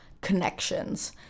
connections